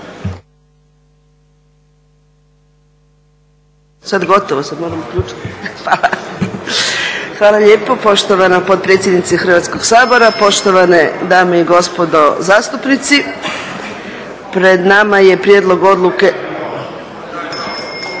**Mrak-Taritaš, Anka (HNS)** Hvala lijepo poštovana potpredsjednice Hrvatskog sabora, poštovane dame i gospodo zastupnici. Pred nama je prijedlog odluke